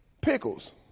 pickles